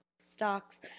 stocks